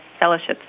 fellowships